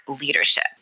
leadership